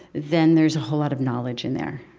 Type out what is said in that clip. then there's a whole lot of knowledge in there